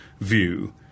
view